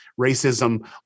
racism